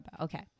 Okay